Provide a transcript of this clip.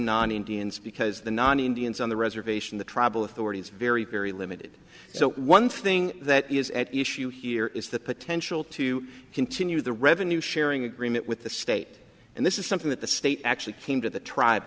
non indians because the non indians on the red innervation the tribal authorities very very limited so one thing that is at issue here is the potential to continue the revenue sharing agreement with the state and this is something that the state actually came to the tribe